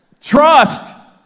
Trust